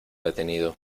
detenido